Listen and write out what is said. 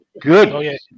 Good